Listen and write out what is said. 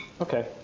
Okay